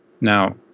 Now